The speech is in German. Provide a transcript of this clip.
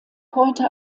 heute